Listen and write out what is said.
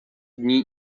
dni